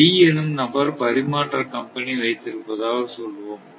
B என்னும் நபர் பரிமாற்ற கம்பெனி வைத்திருப்பதாக சொல்வோம்